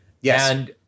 Yes